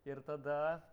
ir tada